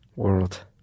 World